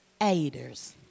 aiders